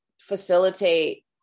facilitate